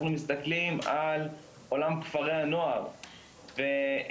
אנחנו מסתכלים על עולם כפרי הנוער ומל"י,